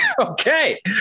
Okay